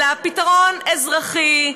אלא פתרון אזרחי,